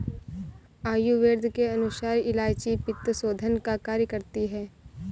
आयुर्वेद के अनुसार इलायची पित्तशोधन का कार्य करती है